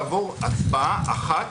דובר על הרכב של שבעה או הרכב של תשעה,